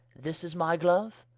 this is my gloue,